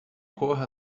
corra